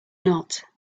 not